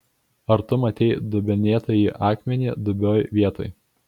ar tu matei dubenėtąjį akmenį dubioj vietoj